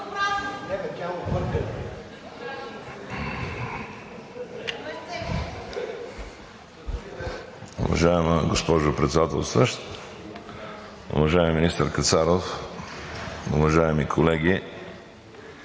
Уважаема госпожо Председателстващ, уважаеми министър Кацаров, уважаеми колеги!